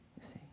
see